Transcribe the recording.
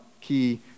key